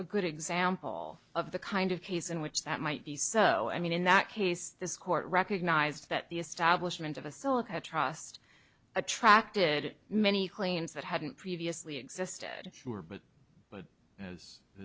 a good example of the kind of case in which that might be so i mean in that case this court recognized that the establishment of a silica trust attracted many claims that hadn't previously existed sure but but as